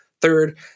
third